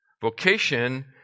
Vocation